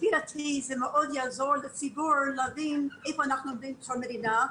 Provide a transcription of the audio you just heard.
לפי דעתי זה מאוד יעזור לציבור להבין איפה אנחנו עומדים בכל מדינה,